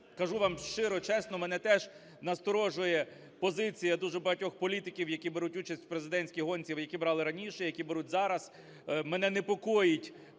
Кажу вам щиро, чесно, мене теж насторожує позиція дуже багатьох політиків, які беруть участь в президентській гонці, які брали раніше, які беруть зараз, мене непокоїть